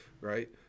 right